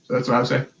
that's what i would say.